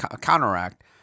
counteract –